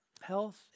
health